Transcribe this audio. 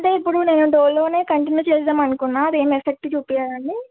అంటే ఇప్పుడు నేను డోలోనే కంటిన్యూ చేద్దాం అనుకున్నా అదేమీ ఎఫెక్ట్ చూపియ్యదా అండి